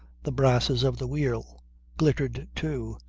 the brasses of the wheel glittered too,